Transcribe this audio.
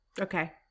Okay